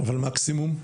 אבל מקסימום?